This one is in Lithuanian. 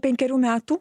penkerių metų